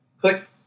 click